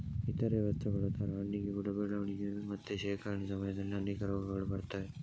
ಇತರೇ ವಸ್ತುಗಳ ತರ ಹಣ್ಣಿಗೆ ಕೂಡಾ ಬೆಳವಣಿಗೆ ಮತ್ತೆ ಶೇಖರಣೆ ಸಮಯದಲ್ಲಿ ಅನೇಕ ರೋಗಗಳು ಬರ್ತವೆ